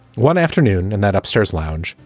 one afternoon in that upstairs lounge,